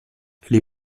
les